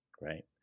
right